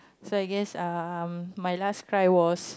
so I guess um my last cry was